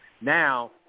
Now